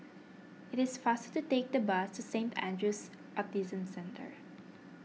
it is faster to take the bus to Saint andrew's Autism Centre